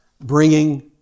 bringing